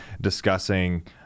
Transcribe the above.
discussing